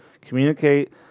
Communicate